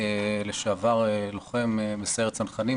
לשעבר לוחם בסיירת צנחנים,